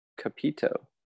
Capito